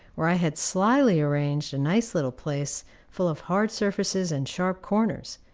where i had slyly arranged a nice little place full of hard surfaces and sharp corners,